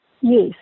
Yes